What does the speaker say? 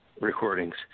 recordings